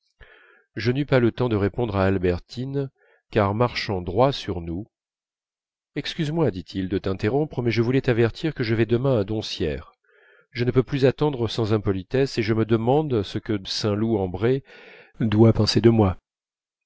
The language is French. je n'eus pas le temps de répondre à albertine car marchant droit sur nous excuse-moi dit-il de t'interrompre mais je voulais t'avertir que je vais demain à doncières je ne peux plus attendre sans impolitesse et je me demande ce que saint loup en bray doit penser de moi